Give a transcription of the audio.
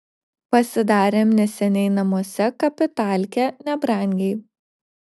pasidarėm neseniai namuose kapitalkę nebrangiai